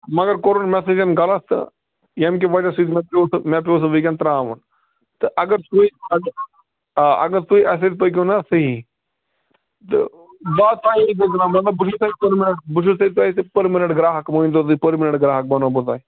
مگر کوٚرُن مےٚ سۭتٮ۪ن غلط تہٕ ییٚمہِ کہِ وجہ سۭتۍ مےٚ پٮ۪و سُہ مےٚ پٮ۪و سُہ وُنکٮ۪ن ترٛاوُن تہٕ اگر سُے آ اگر تُہۍ اَسہِ سۭتۍ پٔکِو نا صحیح تہٕ بہٕ آسہٕ تُہی سٍتۍ بہٕ چھُس تُہۍ پٔرمِننٹ بہٕ چھُس تیٚلہِ تۅہہِ پٔرمِننٹ گراہک مٲنۍتو تُہۍ پٔرمِننٹ گراہک بَنہو بہٕ تۄہہِ